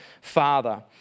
Father